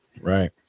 Right